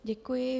Děkuji.